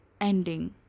ending